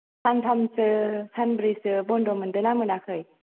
सानथामसो सानब्रैसो बन्द मोनदोंना मोनाखै